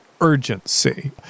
urgency